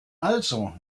also